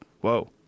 Whoa